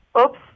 Oops